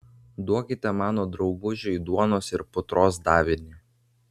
duokite mano draugužiui duonos ir putros davinį